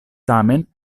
tamen